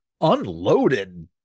unloaded